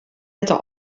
litte